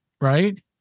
right